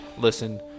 Listen